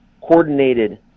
coordinated